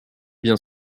bien